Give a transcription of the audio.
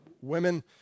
Women